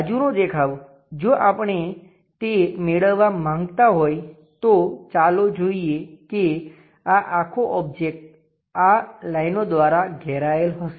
બાજુનો દેખાવ જો આપણે તે મેળવવા માંગતા હોય તો ચાલો જોઈએ કે આ આખો ઓબ્જેક્ટ આ લાઈનો દ્વારા ઘેરાયેલ હશે